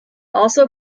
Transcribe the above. also